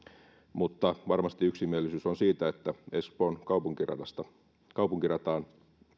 mutta varmasti yksimielisyys on siitä että espoon kaupunkirataan